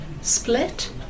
split